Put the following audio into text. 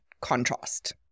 contrast